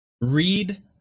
read